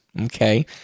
okay